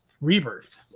rebirth